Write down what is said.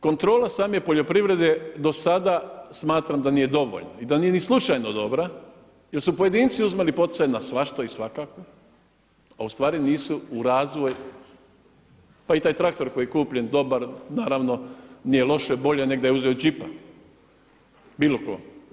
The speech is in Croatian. Kontrola same poljoprivrede do sada smatram da nije dovoljna i da nije ni slučajno dobra jer su pojedinci uzimali poticaje na svašta i svakako a u stvari nisu u razvoj, pa i taj traktor koji je kupljen dobar, naravno, nije loše, bolje nego da je uzeo đipa, bilo tko.